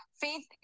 faith